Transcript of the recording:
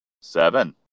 Seven